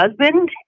husband